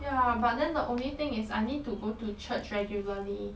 ya but then the only thing is I need to go to church regularly